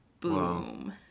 Boom